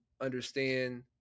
understand